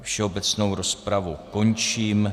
Všeobecnou rozpravu končím.